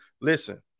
listen